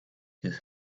his